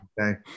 Okay